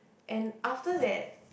and after that